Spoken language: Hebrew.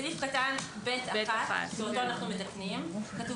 בסעיף קטן (ב1) שאותו אנו מתקנים כתוב